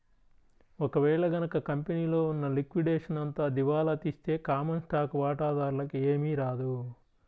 ఒక వేళ గనక కంపెనీలో ఉన్న లిక్విడేషన్ అంతా దివాలా తీస్తే కామన్ స్టాక్ వాటాదారులకి ఏమీ రాదు